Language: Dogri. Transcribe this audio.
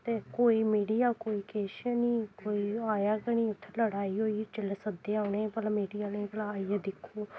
ते कोई मीडिया कोई किश निं कोई ओह् आया गै निं उत्थै लड़ाई होई जेल्लै सद्देआ उ'नें गी भला मीडिया आह्लें गी भला आइयै दिक्खो